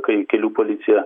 kai kelių policija